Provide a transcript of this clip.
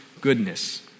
goodness